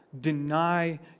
Deny